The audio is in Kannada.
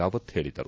ರಾವತ್ ಹೇಳಿದರು